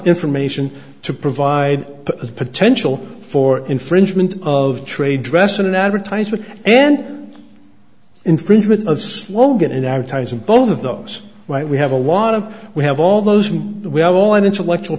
information to provide a potential for infringement of trade dress in an advertisement and infringement of slogan in advertising both of those right we have a lot of we have all those we are all on intellectual